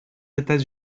états